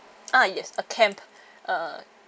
ah yes a camp uh